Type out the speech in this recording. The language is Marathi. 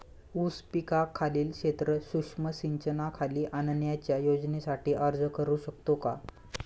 ऊस पिकाखालील क्षेत्र सूक्ष्म सिंचनाखाली आणण्याच्या योजनेसाठी अर्ज करू शकतो का?